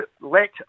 let